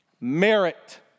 Merit